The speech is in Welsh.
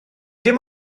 dim